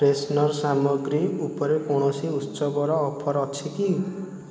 freshener ସାମଗ୍ରୀ ଉପରେ କୌଣସି ଉତ୍ସବର ଅଫର୍ ଅଛି କି